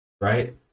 right